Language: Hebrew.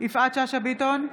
יפעת שאשא ביטון,